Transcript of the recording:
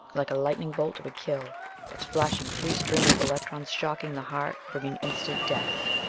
like a lightning bolt, it would kill its flashing free stream of electrons shocking the heart, bringing instant death.